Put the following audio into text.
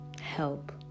help